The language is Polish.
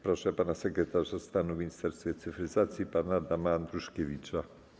Proszę sekretarza stanu w Ministerstwie Cyfryzacji pana Adama Andruszkiewicza.